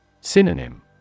Synonym